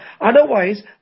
otherwise